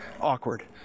awkward